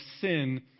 sin